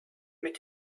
mit